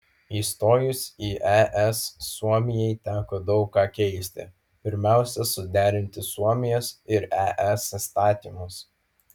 įstojus į es suomijai teko daug ką keisti pirmiausia suderinti suomijos ir es įstatymus